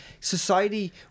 society